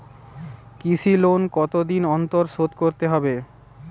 কৃষি লোন কতদিন অন্তর শোধ করতে হবে?